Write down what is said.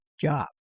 job